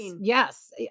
Yes